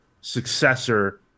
successor